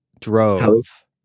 drove